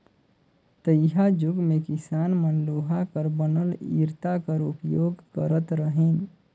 तइहाजुग मे किसान मन लोहा कर बनल इरता कर उपियोग करत रहिन